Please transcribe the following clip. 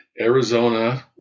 Arizona